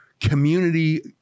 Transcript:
community